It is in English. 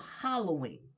hollowing